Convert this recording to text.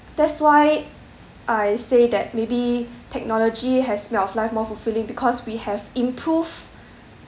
that's why I say that maybe technology has made our life more fulfilling because we have improved